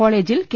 കോളേജിൽ കെ